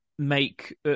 Make